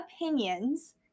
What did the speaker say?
opinions